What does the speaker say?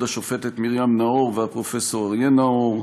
השופטת מרים נאור והפרופסור אריה נאור,